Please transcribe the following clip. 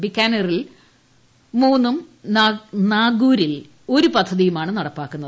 ബിക്കാനേറിൽ മൂന്നും നാഗൂരിൽ ഒരു പദ്ധതിയുമാണ് നടപ്പാക്കുന്നത്